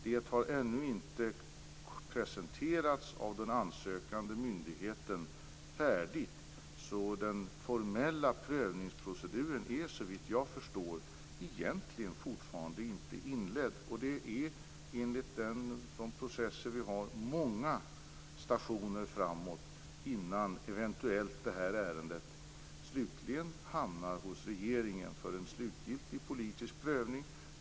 Det har ännu inte presenterats i färdigt skick av den ansökande myndigheten. Den formella prövningsproceduren är alltså, såvitt jag förstår, egentligen fortfarande inte inledd. Enligt de processer vi har finns det många stationer framåt innan detta ärende eventuellt slutligen hamnar hos regeringen för en slutgiltig politisk prövning.